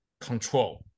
control